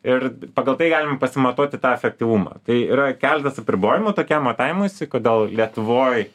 ir pagal tai galim pasimatuoti tą efektyvumą tai yra keletas apribojimų tokiam matavimuisi kodėl lietuvoj